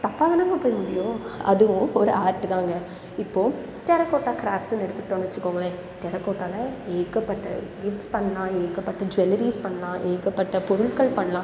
தப்பாக தானேங்க போய் முடியும் அதுவும் ஒரு ஆர்ட்டு தான்ங்க இப்போது டெரக்கோட்டா க்ராப்ட்ஸ்னு எடுத்துக்கிட்டோம்ன்னு வெச்சுக்கோங்களேன் டெரக்கோட்டாவில் ஏகப்பட்ட கிஃப்ட்ஸ் பண்ணலாம் ஏகப்பட்ட ஜுவல்லரிஸ் பண்ணலாம் ஏகப்பட்ட பொருட்கள் பண்ணலாம்